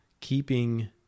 keeping